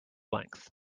length